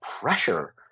pressure